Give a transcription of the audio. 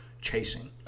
chasing